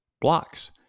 blocks